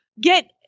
get